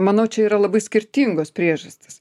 manau čia yra labai skirtingos priežastys